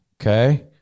Okay